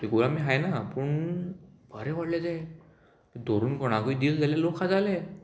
थिगूर आमी खायना पूण बरे व्हडले ते धरून कोणाकूय दिले जाल्यार लोक खाताले